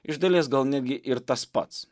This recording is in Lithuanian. iš dalies gal netgi ir tas pats